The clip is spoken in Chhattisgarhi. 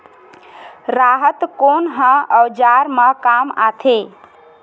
राहत कोन ह औजार मा काम आथे?